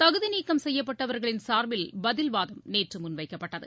தகுதிநீக்கம் செய்யப்பட்டவர்களின் சார்பில் பதில் வாதம் நேற்றுமுன்வைக்கப்பட்டது